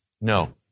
no